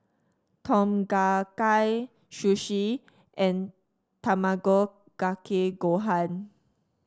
Tom Kha Gai Sushi and Tamago Kake Gohan